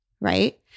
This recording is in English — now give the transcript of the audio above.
Right